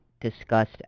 discussed